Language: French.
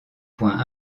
points